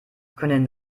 können